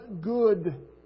good